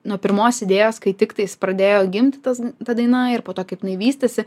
nuo pirmos idėjos kai tiktais pradėjo gimti tas ta daina ir po to kaip jinai vystėsi